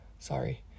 sorry